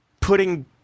putting